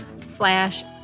slash